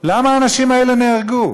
למה האנשים האלה נהרגו?